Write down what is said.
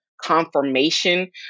confirmation